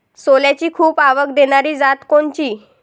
सोल्याची खूप आवक देनारी जात कोनची?